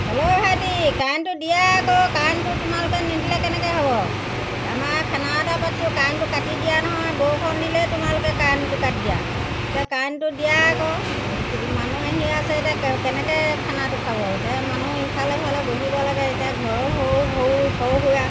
hello ভাইটি কাৰেণ্টটো দিয়া আকৌ কাৰেণ্টটো তোমালোকে নিদিলে কেনেকৈ হ'ব আমাৰ খানা এটা পাতিছোঁ কাৰেণ্টটো কাটি দিয়া নহয় বৰষুণ দিলেই তোমালোকে কাৰেণ্টটো কাটি দিয়া এতিয়া কাৰেণ্টটো দিয়া আকৌ মানুহ আহিয়ে আছে এতিয়া কেনেকৈ খানাটো খাব এতিয়া মানুহ ইফালে সিফালে বহিব লাগে এতিয়া ঘৰৰ সৰু সৰু সৰু সুৰা